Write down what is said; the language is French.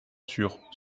sur